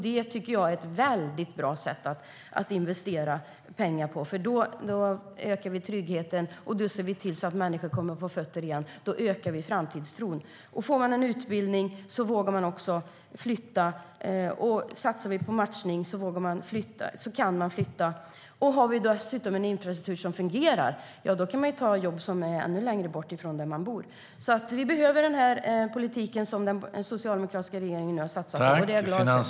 Det tycker jag är ett väldigt bra sätt att investera pengar på. Då ökar vi nämligen tryggheten, och då ser vi till att människor kommer på fötter igen. Då ökar vi framtidstron. Får man en utbildning vågar man också flytta. Satsar vi på matchning kan man flytta. Har vi dessutom en infrastruktur som fungerar kan man ta jobb som är ännu längre bort från där man bor. Vi behöver den politik som den socialdemokratiska regeringen nu har satsat på.